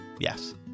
Yes